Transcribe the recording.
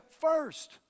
first